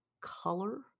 color